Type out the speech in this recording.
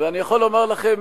אני יכול לומר לכם,